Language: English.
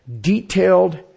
detailed